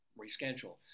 reschedule